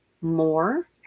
more